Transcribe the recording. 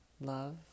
love